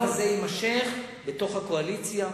יימשך בתוך הקואליציה,